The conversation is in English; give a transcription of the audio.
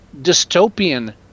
dystopian